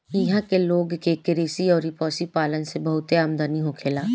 इहां के लोग के कृषि अउरी पशुपालन से बहुते आमदनी होखेला